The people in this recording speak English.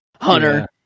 hunter